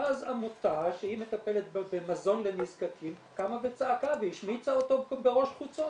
אז עמותה שמטפלת במזון לנזקקים קמה וזעקה והשמיצה אותו בראש חוצות,